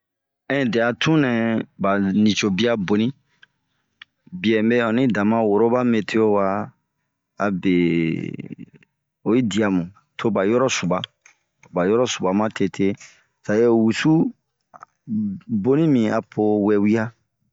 Ɛnde ɔni atunnɛ ba nicobia boni. Bie mɛ ɛni dama woro ba metio wa, abee oyi dia mu to ba yɔrɔ subua, ba yɔrɔ subua matete.bari ho wusu boni bin a po wewia.